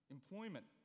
Employment